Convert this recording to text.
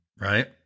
right